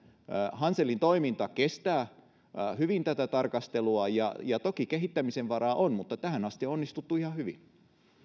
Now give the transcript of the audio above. hanselin toiminta kestää hyvin tätä tarkastelua toki kehittämisen varaa on mutta tähän asti on onnistuttu ihan hyvin